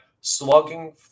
slugging